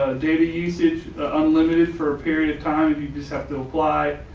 data usage unlimited for a period of time and you just have to apply.